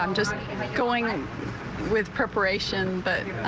um just going on with preparation but.